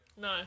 No